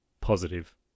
Positive